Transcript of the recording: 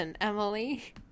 Emily